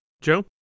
Joe